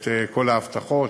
את כל ההבטחות.